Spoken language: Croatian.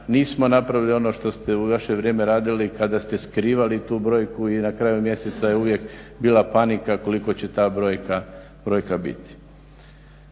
Nismo napravili ono što ste u vaše vrijeme radili, kada ste skrivali tu brojku i na kraju mjeseca je uvijek bila panika kolika će ta brojka biti.